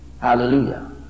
Hallelujah